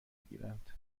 گیرند